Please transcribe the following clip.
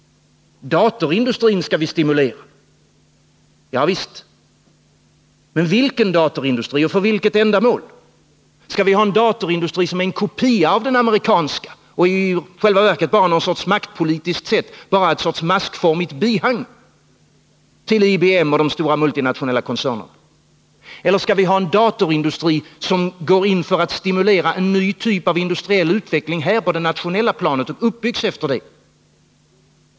Datorindustrin skall vi stimulera. Ja visst, men vilken datorindustri och för vilket ändamål? Skall vi ha en datorindustri som är en kopia av den amerikanska och i själva verket bara någon sorts, maktpolitiskt sett, maskformigt bihang till IBM och de stora multinationella koncernerna? Eller skall vi ha en datorindustri som går in för att stimulera en ny typ av industriell utveckling här på det nationella planet och uppbyggs efter det?